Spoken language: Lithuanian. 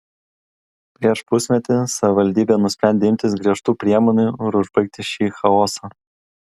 prieš pusmetį savivaldybė nusprendė imtis griežtų priemonių ir užbaigti šį chaosą